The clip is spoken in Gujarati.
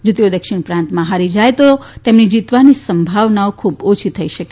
જો તેઓ દક્ષિણ પ્રાંતમાં હારી જાય તો તેમની જીતવાની સંભાવનાઓ ખુબ ઓછી થઈ શકે